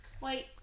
Wait